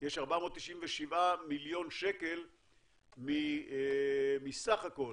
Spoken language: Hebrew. יש 497 מיליון שקל מסך הכול,